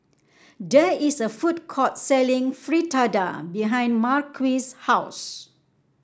there is a food court selling Fritada behind Marquis' house